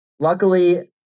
Luckily